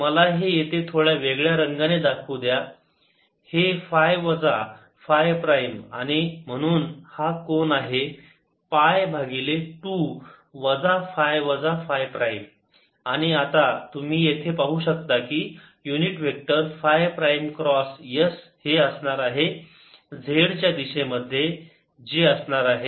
मला हे येथे थोड्या वेगळ्या रंगाने दाखवून द्या हे फाय वजा फाय प्राईम आणि म्हणून हा कोण आहे पाय भागिले 2 वजा फाय वजा फाय प्राईम आणि आता तुम्ही येथे पाहू शकता की unit vector phi prime cross s हे असणार आहे z च्या दिशेमध्ये जे असणार आहे